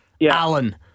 Alan